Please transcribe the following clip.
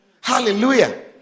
Hallelujah